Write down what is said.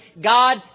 God